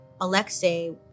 Alexei